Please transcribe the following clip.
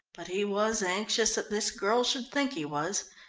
but he was anxious that this girl should think he was,